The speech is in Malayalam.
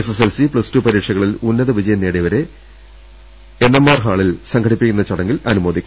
S S L C plus two പരീക്ഷകളിൽ ഉന്നതവി ജയം നേടിയവരെ എൻ എം ആർ ഹാളിൽ സംഘടിപ്പി ക്കുന്ന ചടങ്ങിൽ അനുമോദിക്കും